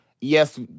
Yes